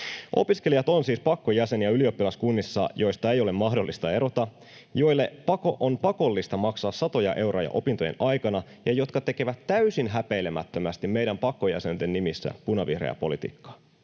Opiskelijat ovat siis pakkojäseniä ylioppilaskunnissa, joista ei ole mahdollista erota, joille on pakollista maksaa satoja euroja opintojen aikana ja jotka tekevät täysin häpeilemättömästi meidän pakkojäsenten nimissä punavihreää politiikka.